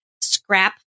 scrap